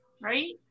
right